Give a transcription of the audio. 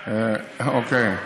אוקיי.